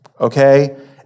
okay